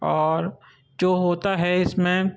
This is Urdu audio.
اور جو ہوتا ہے اس میں